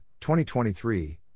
2023